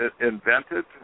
invented